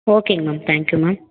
ஓகேங்க ma'am thank you ma'am